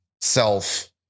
self